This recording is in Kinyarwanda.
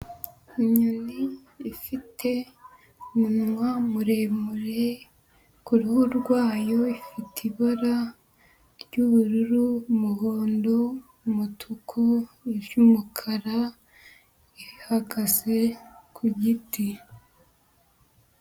Inyoni ifite umunwa muremure, ku ruhu rwayo ifite ibara ry'ubururu, umuhondo, umutuku, iry'umukara ihagaze ku giti.